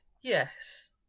Yes